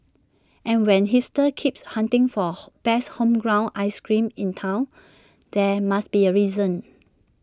and when hipsters keep hunting for best homegrown ice creams in Town there must be A reason